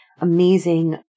amazing